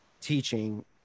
teaching